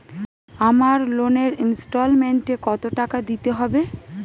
আমার লোনের ইনস্টলমেন্টৈ কত টাকা দিতে হবে?